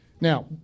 Now